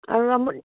আৰু আমাৰ